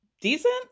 decent